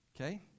Okay